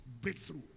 breakthrough